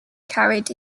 carried